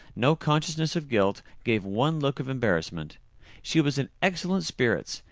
no consciousness of guilt, gave one look of embarrassment she was in excellent spirits,